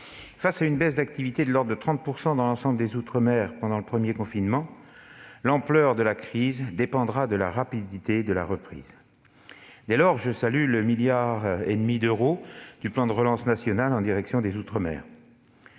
face à une baisse d'activité de l'ordre de 30 % dans l'ensemble des outre-mer pendant le premier confinement, l'ampleur de la crise dépendra de la rapidité de la reprise. Dès lors, je salue le milliard et demi d'euros du plan de relance national en direction des outre-mer.